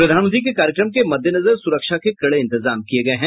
प्रधानमंत्री के कार्यक्रम के मद्देनजर सुरक्षा के कड़े इंतजाम किये गये हैं